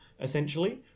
essentially